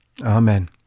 Amen